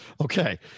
Okay